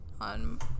on